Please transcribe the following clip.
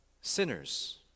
sinners